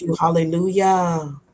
Hallelujah